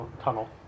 tunnel